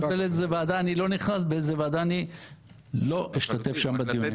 ולאיזו אני לא נכנס ובאיזו ועדה אני לא אשתתף בדיונים.